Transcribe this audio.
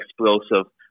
explosive